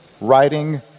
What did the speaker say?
writing